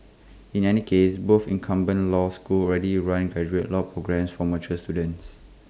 in any case both incumbent law schools already run graduate law programmes for mature students